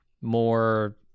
more